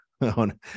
on